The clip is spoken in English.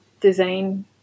design